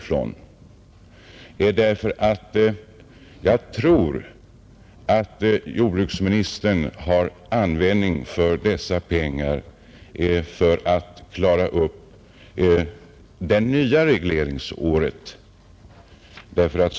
Jag tror nämligen att jordbruksministern har användning för pengarna när han skall klara upp det nya regleringsåret.